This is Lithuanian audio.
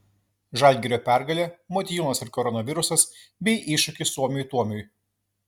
žalgirio pergalė motiejūnas ir koronavirusas bei iššūkis suomiui tuomui